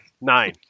nine